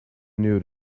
knew